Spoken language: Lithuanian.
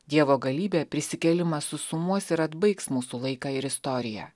dievo galybė prisikėlimas susumuos ir atbaigs mūsų laiką ir istoriją